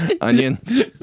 onions